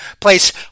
place